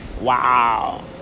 Wow